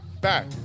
back